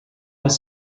was